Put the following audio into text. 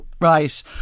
Right